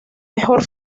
mejor